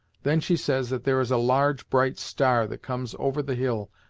then she says that there is a large bright star that comes over the hill,